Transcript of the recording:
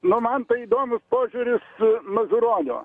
nu man tai įdomus požiūris mazuronio